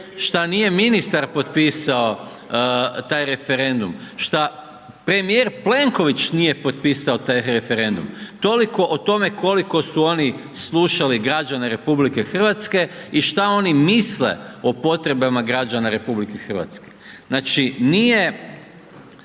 šta nije ministar potpisao taj referendum, šta premijer Plenković nije potpisao taj referendum, toliko o tome koliko su oni slušali građane RH i šta oni misle o potrebama građana RH. Znači, nije